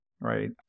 right